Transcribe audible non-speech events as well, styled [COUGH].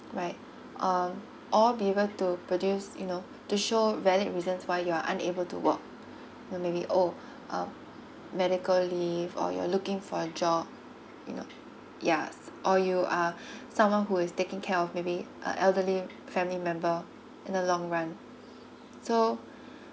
right um or be able to produce you know to show valid reasons why you are unable to work maybe oh [BREATH] um medical leave or you're looking for a job you know ya or you are [BREATH] someone who is taking care of maybe a elderly family member in the long run so